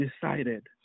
decided